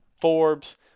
forbes